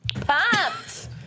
Pumped